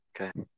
Okay